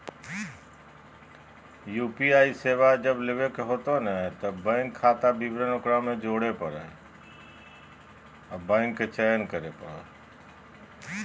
UPI सेवा bank खाता विवरण जोड़े लगी बैंक के चयन करे पड़ो हइ